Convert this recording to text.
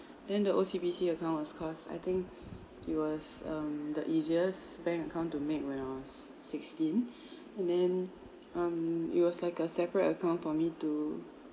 then the O_C_B_C account was cause I think it was um the easiest bank account to make when I was sixteen and then um it was like a separate account for me to